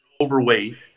overweight